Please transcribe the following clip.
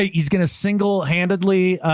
ah he's going to single handedly,